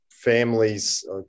families